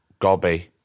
gobby